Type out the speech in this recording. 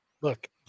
look